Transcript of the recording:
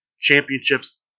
championships